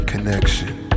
Connection